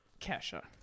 Kesha